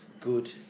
good